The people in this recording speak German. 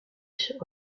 ich